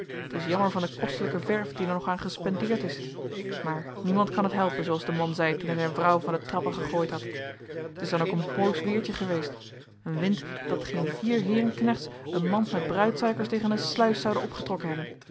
t is jammer van de kostelijke verf die er nog aan gespendeerd is maar niemand kan t helpen zooals de man zei toen hij zijn vrouw van de trappen gegooid had t is dan ook een boos weertje geweest een wind dat geen vier heerenknechts een mand met bruidsuikers tegen een sluis zouden opgetrokken hebben